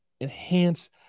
enhance